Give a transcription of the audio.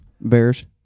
bears